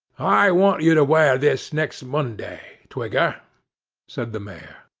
i want you to wear this next monday, twigger said the mayor.